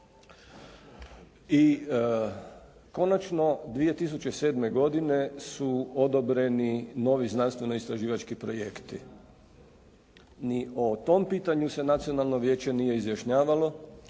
I konačno, 2007. godine su odobreni novi znanstveno istraživački projekti. Ni o tom pitanju se nacionalno vijeće nije izjašnjavalo,